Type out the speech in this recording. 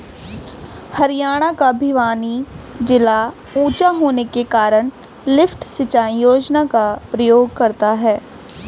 हरियाणा का भिवानी जिला ऊंचा होने के कारण लिफ्ट सिंचाई योजना का प्रयोग करता है